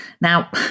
Now